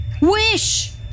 Wish